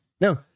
No